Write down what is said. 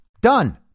Done